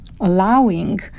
allowing